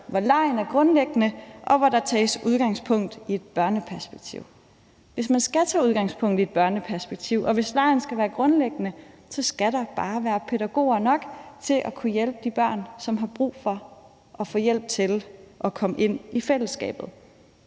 hvor legen er grundlæggende, og hvor der tages udgangspunkt i et børneperspektiv. Hvis man skal tage udgangspunkt i et børneperspektiv, og hvis legen skal være grundlæggende, så skal der bare være pædagoger nok til at kunne hjælpe de børn, som har brug for at få hjælp til at komme ind i fællesskabet.